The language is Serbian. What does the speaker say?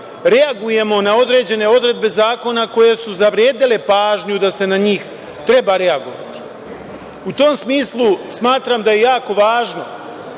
reagujemo na određene odredbe zakone koje su zavredele pažnju da se na njih treba reagovati.U tom smislu smatram da je jako važno